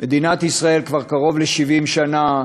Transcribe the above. מדינת ישראל כבר קרוב ל-70 שנה,